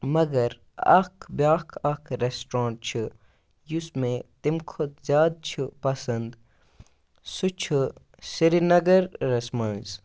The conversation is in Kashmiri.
مگر اَکھ بیٛاکھ اَکھ رٮ۪سٹرٛونٛٹ چھِ یُس مےٚ تَمہِ کھۄتہٕ زیادٕ چھِ پَسنٛد سُہ چھُ سرینَگَرَس منٛز